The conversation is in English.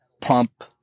pump